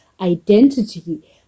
identity